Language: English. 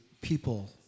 people